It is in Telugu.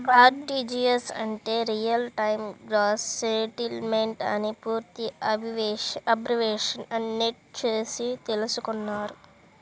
ఆర్టీజీయస్ అంటే రియల్ టైమ్ గ్రాస్ సెటిల్మెంట్ అని పూర్తి అబ్రివేషన్ అని నెట్ చూసి తెల్సుకున్నాను